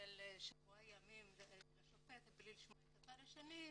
של שבוע ימים משופט בלי לשמוע את הצד השני.